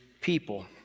people